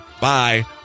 Bye